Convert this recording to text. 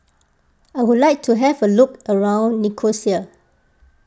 I would like to have a look around Nicosia